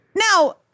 Now